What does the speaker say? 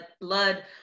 blood